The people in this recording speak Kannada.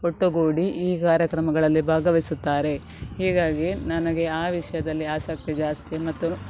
ಒಟ್ಟುಗೂಡಿ ಈ ಕಾರ್ಯಕ್ರಮಗಳಲ್ಲಿ ಭಾಗವಹಿಸುತ್ತಾರೆ ಹೀಗಾಗಿ ನನಗೆ ಆ ವಿಷಯದಲ್ಲಿ ಆಸಕ್ತಿ ಜಾಸ್ತಿ ಮತ್ತು